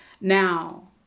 Now